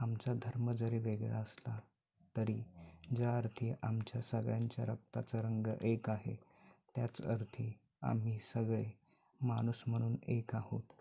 आमचा धर्म जरी वेगळा असला तरी ज्या अर्थी आमच्या सगळ्यांच्या रक्ताचा रंग एक आहे त्याच अर्थी आम्ही सगळे माणूस म्हणून एक आहोत